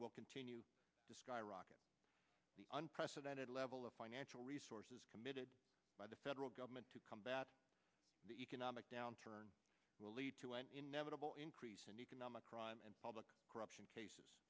will continue to skyrocket the unprecedented level of financial resources committed by the federal government to combat the economic downturn will lead to an inevitable increase in economic crime and public corruption cases